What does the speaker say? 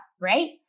right